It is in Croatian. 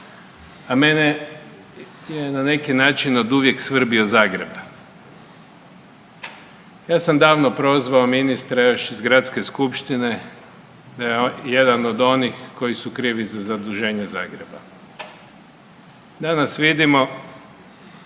a mene je na neki način oduvijek svrbio Zagreb. Ja sam davno prozvao ministra još iz gradske skupštine da je jedan od onih koji su krivi za zaduženje Zagreba. Danas vidimo,